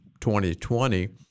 2020